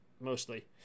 mostly